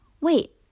wait